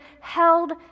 held